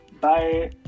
Bye